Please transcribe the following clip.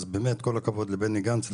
אז באמת כל הכבוד לבני גנץ,